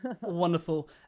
Wonderful